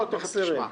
תכף תראה.